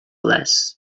less